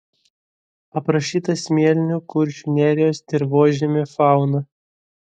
aprašyta smėlinių kuršių nerijos dirvožemių fauna